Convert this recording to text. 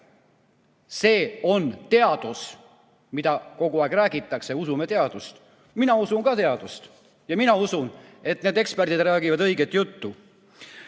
See on teadus, millest kogu aeg räägitakse, et usume teadust. Mina usun ka teadust ja mina usun, et need eksperdid räägivad õiget juttu.